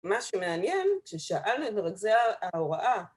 מה שמעניין כששאל את רזי ההוראה.